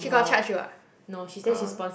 she got charge you ah orh